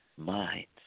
Minds